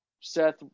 seth